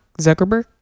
Zuckerberg